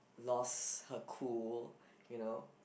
lost her cool you know